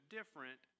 different